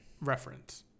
reference